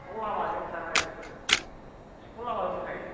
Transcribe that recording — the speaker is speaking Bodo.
सिखाव लामाजों थांना सिखाव लामाजों थायो